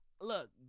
look